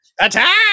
Attack